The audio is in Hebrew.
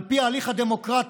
על פי ההליך הדמוקרטי,